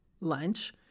lunch